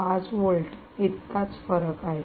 5 volt इतकाच फरक आहे